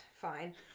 fine